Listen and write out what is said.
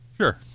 Sure